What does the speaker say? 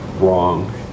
wrong